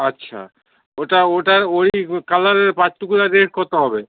আচ্ছা ওটার ওটার ওই কালারের পাট্টিকুলার রেট কত হবে